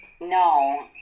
No